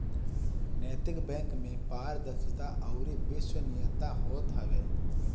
नैतिक बैंक में पारदर्शिता अउरी विश्वसनीयता होत हवे